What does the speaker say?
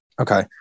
okay